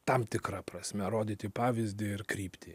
tam tikra prasme rodyti pavyzdį ir kryptį